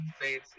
fancy